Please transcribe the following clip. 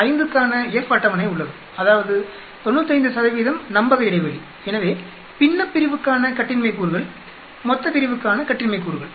05 க்கான F அட்டவணை உள்ளது அதாவது 95 நம்பக இடைவெளிஎனவே பின்னப்பிரிவுக்கான கட்டின்மை கூறுகள் மொத்தப்பிரிவுக்கான கட்டின்மை கூறுகள்